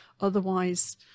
Otherwise